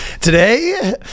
Today